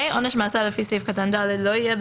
(ה)עונש מאסר לפי סעיף קטן (ד) לא יהיה,